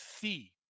see